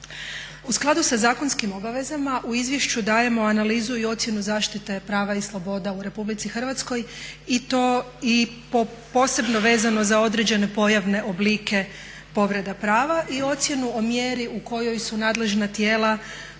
U skladu sa zakonskim obavezama u izvješću dajemo analizu i ocjenu zaštite prava i sloboda u RH i to i posebno vezano za određene pojavne oblike povreda prava i ocjenu o mjeri u kojoj su nadležna tijela